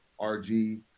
RG